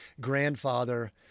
grandfather